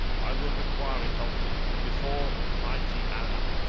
i will require it of thee before almighty allah.